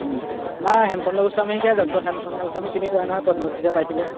নাই হেমচন্দ্ৰ গোস্বামী যে ডক্টৰ হেমচন্দ্ৰ গোম্বামী চিনি পোৱাই নহয় পদ্মশ্ৰী যে পাইছিলে